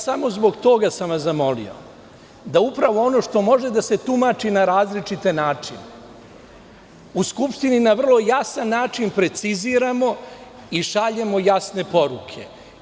Samo zbog toga sam vas zamolio da ono što može da se tumači na različite načine u Skupštini na vrlo jasan način preciziramo i šaljemo jasne poruke.